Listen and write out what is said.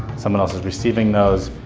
someone else receiving those.